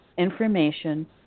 Information